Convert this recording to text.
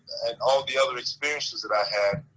and all the other experiences that i had,